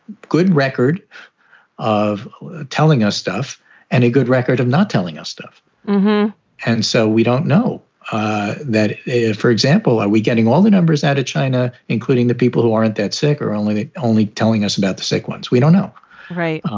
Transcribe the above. good record of telling us stuff and a good record of not telling us stuff and so we don't know that, for example, are we getting all the numbers out of china, including the people who aren't that sick or only only telling us about the sick ones? we don't know. all right.